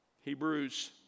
Hebrews